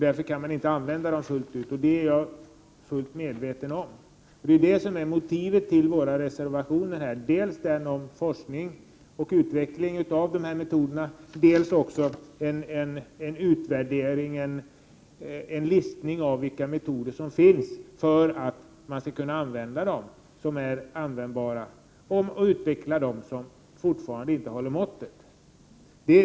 Därför kan de inte användas fullt ut. Detta är jag medveten om. Men det är ju det som är motivet för våra reservationer. Vi begär dels forskning kring och utveckling av dessa metoder, dels en utvärdering, en listning, av vilka metoder som finns. Detta är nödvändigt för att man skall kunna utnyttja de användbara metoderna och utveckla dem som fortfarande inte håller måttet.